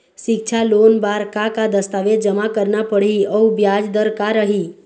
सिक्छा लोन बार का का दस्तावेज जमा करना पढ़ही अउ ब्याज दर का रही?